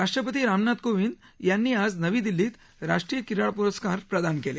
राष्ट्रपती रामनाथ कोविंद यांनी आज नवी दिल्लीत राष्ट्रीय क्रीडा प्रस्कार प्रदान केले